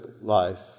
life